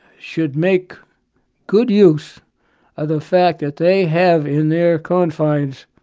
should make good use of the fact that they have in their confines,